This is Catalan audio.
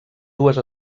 dues